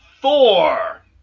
Four